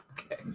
Okay